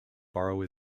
borough